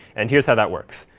and here's how that works.